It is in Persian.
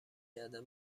عدم